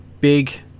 big